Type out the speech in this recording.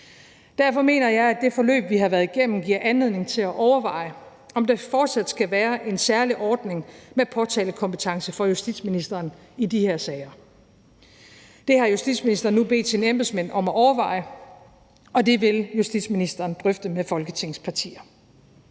Derfor mener jeg, at det forløb, vi har været igennem, giver anledning til at overveje, om der fortsat skal være en særlig ordning med påtalekompetence for justitsministeren i de her sager. Det har justitsministeren nu bedt sine embedsmænd om at overveje, og det vil justitsministeren drøfte med Folketingets partier.